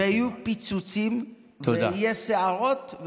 -- ויהיו פיצוצים ויהיו סערות,